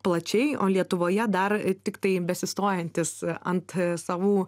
plačiai o lietuvoje dar tiktai besistojantis ant savų